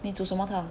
你煮什么汤